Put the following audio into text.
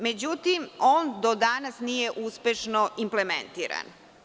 Međutim, on do danas nije uspešno implementiran.